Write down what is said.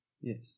Yes